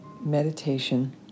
meditation